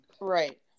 Right